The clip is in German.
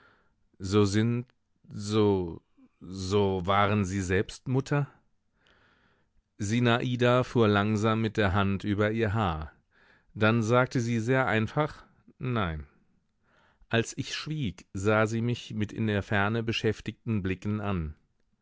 so sind so so waren sie selbst mutter sinada fuhr langsam mit der hand über ihr haar dann sagte sie sehr einfach nein als ich schwieg sah sie mich mit in der ferne beschäftigten blicken an